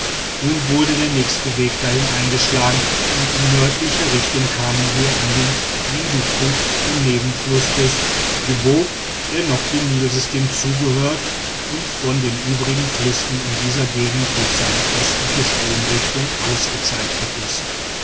nun wurde der nächste weg dahin eingeschlagen und in nördlicher richtung kamen wir an den linduku den nebenfluß des jubbo der noch dem nilsystem zugehört und vor den übrigen flüssen in dieser gegend durch seine östliche stromrichtung ausgezeichnet ist